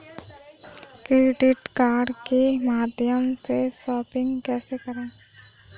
Credit card के माध्यम से शॉपिंग कैसे करें?